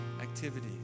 activity